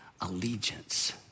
allegiance